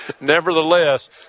Nevertheless